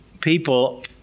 people